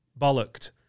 bollocked